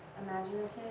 imaginative